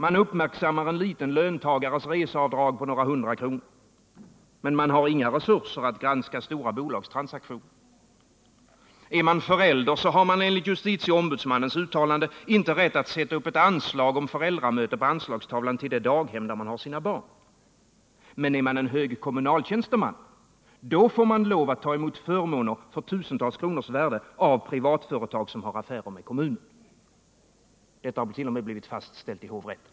Man uppmärksammar en liten löntagares reseavdrag på några hundra kronor men man har inga resurser att granska stora bolags transaktioner. Är man förälder har man enligt justitieombudsmannens uttalande inte rätt att sätta upp ett anslag om föräldramöte på anslagstavlan i det daghem där man har sina barn. Men är man en hög kommunaltjänsteman får man ta emot förmåner för tusentals kronors värde av privatföretag som har affärer med kommunen. Detta har t.o.m. blivit fastställt i hovrätten.